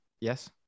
yes